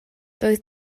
doedd